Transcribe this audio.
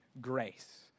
grace